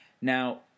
Now